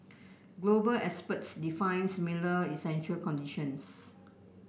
global experts define similar essential conditions